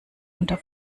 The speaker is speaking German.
unter